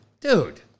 Dude